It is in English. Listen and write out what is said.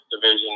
division